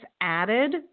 added